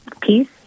peace